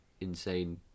insane